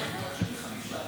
הצבעה.